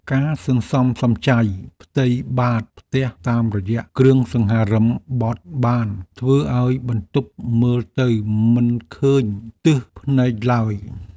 ការសន្សំសំចៃផ្ទៃបាតផ្ទះតាមរយៈគ្រឿងសង្ហារិមបត់បានធ្វើឱ្យបន្ទប់មើលទៅមិនឃើញទើសភ្នែកឡើយ។